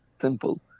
Simple